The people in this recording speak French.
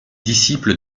disciple